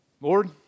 Lord